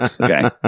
Okay